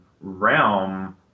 realm